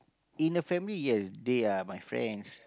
in a family ya they are my friends